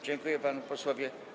Dziękuję panu posłowi.